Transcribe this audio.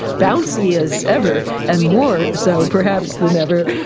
bouncy as ever and more so perhaps than ever,